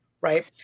Right